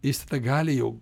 jis tada gali jau